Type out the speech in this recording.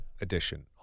edition